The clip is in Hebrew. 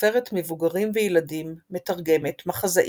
סופרת מבוגרים וילדים, מתרגמת, מחזאית,